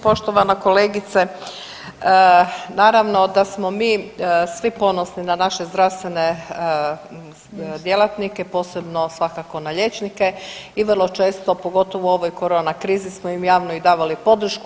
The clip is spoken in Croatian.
Poštovana kolegice, naravno da smo mi svi ponosni na naše zdravstvene djelatnike, posebno svakako na liječnike i vrlo često, pogotovo u ovoj korona krizi smo im javno i davali podršku.